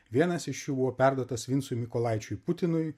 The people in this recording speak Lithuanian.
vienas iš jų buvo perduotas vincui mykolaičiui putinui